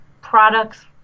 products